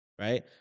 Right